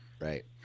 Right